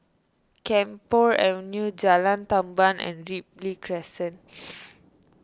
Camphor Avenue Jalan Tamban and Ripley Crescent